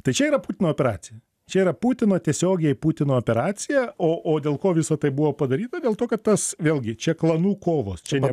tai čia yra putino operacija čia yra putino tiesiogiai putino operacija o o dėl ko visa tai buvo padaryta dėl to kad tas vėlgi čia klanų kovos čia ne